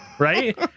Right